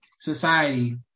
society